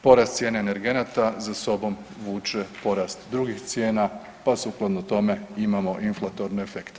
Porast cijene energenata za sobom vuče porast drugih cijena, pa sukladno tome imamo inflatorne efekte.